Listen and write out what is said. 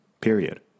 period